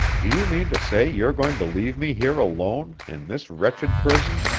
do you mean to say you're going to leave me here alone in this wretched prison?